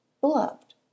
beloved